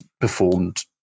performed